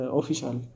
official